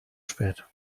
spät